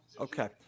Okay